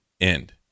end